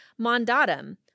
mandatum